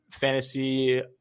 Fantasy